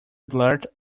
blurt